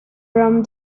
from